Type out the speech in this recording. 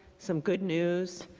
some good news,